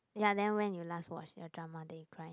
ya then when you last watch your drama then you cry